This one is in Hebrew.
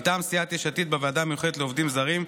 מטעם סיעת יש עתיד, בוועדה המיוחדת לעובדים זרים,